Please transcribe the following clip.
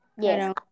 Yes